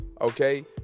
okay